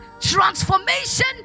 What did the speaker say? transformation